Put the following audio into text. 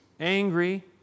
Angry